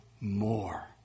more